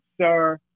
sir